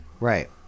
right